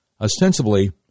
ostensibly